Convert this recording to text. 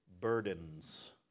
burdens